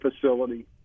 facility